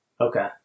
Okay